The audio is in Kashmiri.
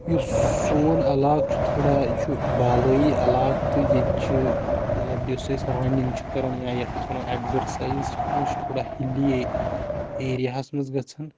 یُس سون علاقہِ چھُ تھوڑا یہِ چھُ بالٲیی علاقہِ تہٕ یٕتہِ چھِ مَطلَب یُس أسۍ رَنِنٛگ چھِ کَران یا یَتھ أسۍ وَنو ایٚگزَرسایِز چھِ کران یہِ چھُ تھوڑا ہِلی ایریا ہَس منٛز گَژھان